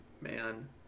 man